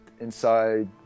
inside